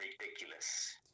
ridiculous